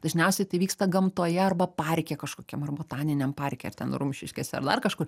dažniausiai tai vyksta gamtoje arba parke kažkokiam ar botaniniam parke ir ten rumšiškėse ar dar kažku